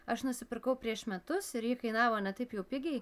aš nusipirkau prieš metus ir ji kainavo ne taip jau pigiai